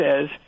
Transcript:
says